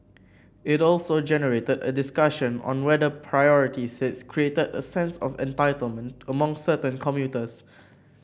it also generated a discussion on whether priority seats created a sense of entitlement among certain commuters